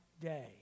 day